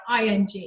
ING